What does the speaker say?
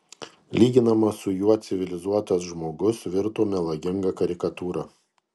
lyginamas su juo civilizuotas žmogus virto melaginga karikatūra